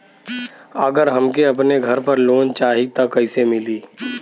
अगर हमके अपने घर पर लोंन चाहीत कईसे मिली?